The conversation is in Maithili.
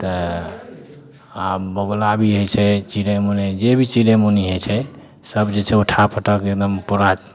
तऽ आओर बगुला भी होइ छै चिड़ै मुनी जे भी चिड़ै मुनी होइ छै सब जे छै उठा पटक एकदम पूरा